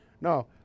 No